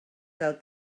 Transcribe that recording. del